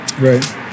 Right